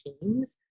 teams